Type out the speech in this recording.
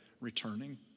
returning